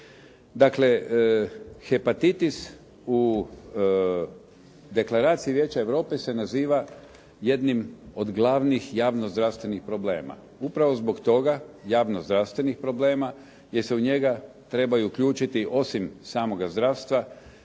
Dakle, hepatitis u deklaraciji Vijeća Europe se naziva jednim od glavnih javnozdravstvenih problema. Upravo zbog toga javnozdravstvenih problema jer se u njega trebaju uključiti, osim samoga zdravstva,